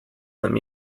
him